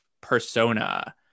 persona